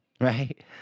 right